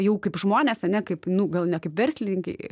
jau kaip žmonės ane kaip nu gal ne kaip verslininkai